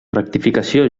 rectificació